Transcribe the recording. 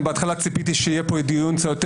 בהתחלה ציפיתי שיהיה כאן דיון קצת יותר